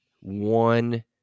one